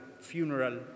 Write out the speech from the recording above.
funeral